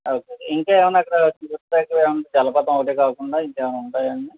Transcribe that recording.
okay ఇంకా ఏమన్న అక్కడ చూడడానికి జలపాతం ఒకటే కాకుండా ఇంకా ఏమన్నా ఉంటాయా అండి